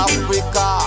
Africa